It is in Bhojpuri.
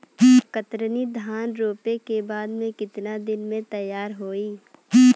कतरनी धान रोपे के बाद कितना दिन में तैयार होई?